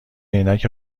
عینک